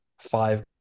five